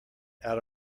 out